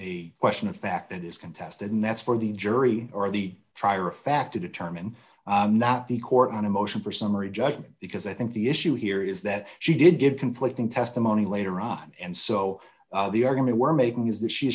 a question of fact that is contested and that's for the jury or the trier of fact to determine not the court on a motion for summary judgment because i think the issue here is that she did give conflicting testimony later on and so the argument we're making is that she